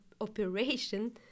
operation